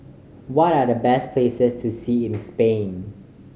what are the best places to see in Spain